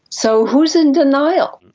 so who's in denial?